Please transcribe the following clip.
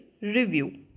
review